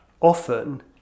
often